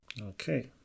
Okay